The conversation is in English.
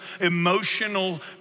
emotional